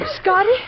Scotty